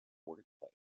workplace